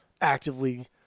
actively